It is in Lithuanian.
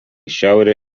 šiaurę